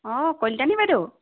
অ কলিতানী বাইদেউ